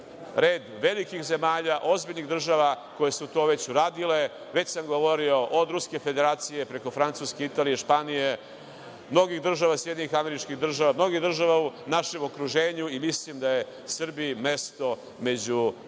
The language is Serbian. red velikih zemalja, ozbiljnih država koje su to već uradile. Već sam govorio, od Ruske Federacije, preko Francuske, Italije, Španije, mnogih država SAD, mnogih država u našem okruženju i mislim da je Srbiji mesto među tim